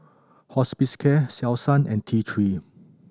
Hospicare Selsun and T Three